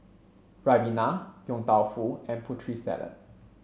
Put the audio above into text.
Ribena Yong Tau Foo and Putri Salad